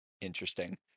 interesting